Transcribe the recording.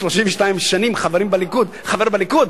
32 שנים חבר בליכוד,